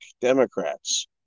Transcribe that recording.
Democrats